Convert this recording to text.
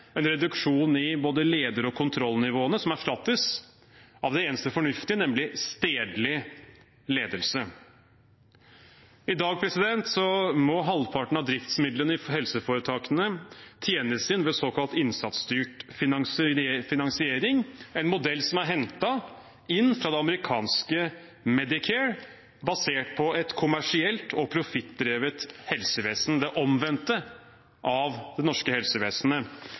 en reduksjon i både leder- og kontrollnivåene, som erstattes av det eneste fornuftige, nemlig stedlig ledelse. I dag må halvparten av driftsmidlene i helseforetakene tjenes inn ved såkalt innsatsstyrt finansiering, en modell som er hentet inn fra det amerikanske Medicare, basert på et kommersielt og profittdrevet helsevesen – det omvendte av det norske helsevesenet.